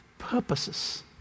purposes